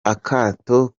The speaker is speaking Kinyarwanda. akato